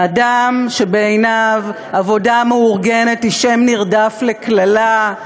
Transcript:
האדם שבעיניו עבודה מאורגנת היא שם נרדף לקללה,